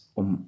om